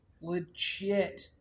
Legit